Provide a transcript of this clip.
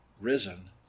risen